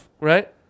right